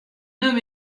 homme